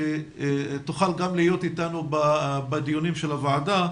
שתוכל גם להיות אתנו בדיונים של הוועדה.